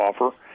offer